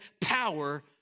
power